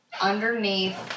underneath